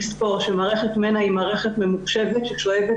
צריך לזכור שהיא מערכת ממוחשבת ששואבת